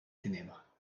ténèbres